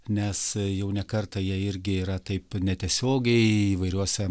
nes jau ne kartą jie irgi yra taip netiesiogiai įvairiuose